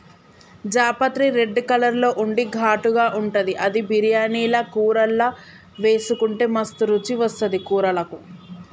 జాపత్రి red colour లో ఉండి ఘాటుగా ఉంటది అది బిర్యానీల కూరల్లా వేసుకుంటే మస్తు రుచి వస్తది కూరలకు